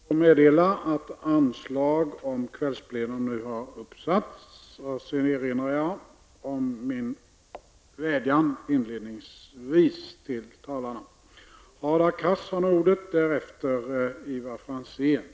Jag får meddela att anslag nu har satts upp om att detta sammanträde skall fortsätta efter kl. 19.00. Samtidigt erinrar jag om min vädjan inledningsvis till talarna.